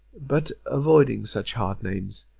but, avoiding such hard names,